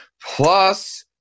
Plus